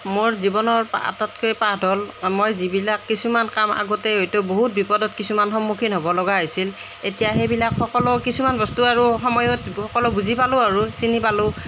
মোৰ জীৱনৰ আটাইতকৈ পাঠ হ'ল মই যিবিলাক কিছুমান কাম আগতেই হয়তো বহুত বিপদত কিছুমান সন্মুখীন হ'ব লগা হৈছিল এতিয়া সেইবিলাক সকলো কিছুমান বস্তু আৰু সময়ত সকলো বুজি পালোঁ আৰু চিনি পালোঁ